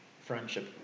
friendship